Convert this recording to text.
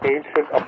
Ancient